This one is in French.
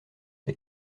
tes